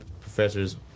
professors